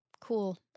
cool